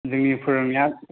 जोंनि फोरोंनाया